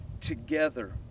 together